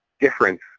difference